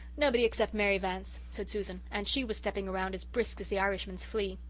nobody except mary vance, said susan, and she was stepping round as brisk as the irishman's flea.